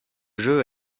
jeu